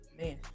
Man